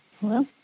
Hello